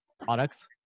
products